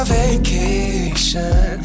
vacation